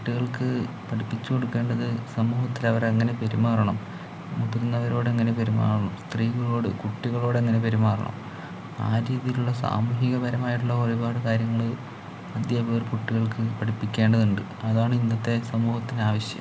കുട്ടികൾക്ക് പഠിപ്പിച്ചു കൊടുക്കേണ്ടത് സമൂഹത്തില് അവരെങ്ങനെ പെരുമാറണം മുതിർന്നവരോടെങ്ങനെ പെരുമാറണം സ്ത്രീകളോട് കുട്ടികളോടെങ്ങനെ പെരുമാറണം ആ രീതിലുള്ള സാമൂഹികപരമായിട്ടുള്ള ഒരുപാട് കാര്യങ്ങള് അധ്യാപകർ കുട്ടികൾക്ക് പഠിപ്പിക്കേണ്ടതുണ്ട് അതാണ് ഇന്നത്തെ സമൂഹത്തിന് ആവശ്യം